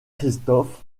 christophe